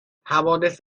حوادث